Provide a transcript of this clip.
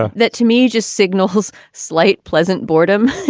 ah that to me just signals slight, pleasant boredom.